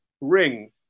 ring